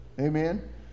Amen